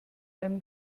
einem